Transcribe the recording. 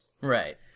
Right